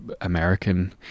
American